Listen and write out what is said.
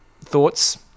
thoughts